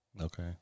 Okay